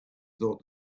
thought